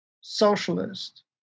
socialist